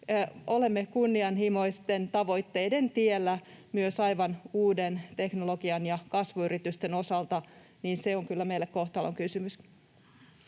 olemme kunnianhimoisten tavoitteiden tiellä myös aivan uuden teknologian ja kasvuyritysten osalta, on kyllä meille kohtalonkysymys.